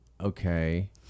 Okay